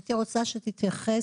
הייתי רוצה שתתייחס,